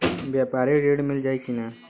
व्यापारी ऋण मिल जाई कि ना?